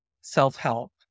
self-help